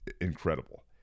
incredible